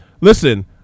listen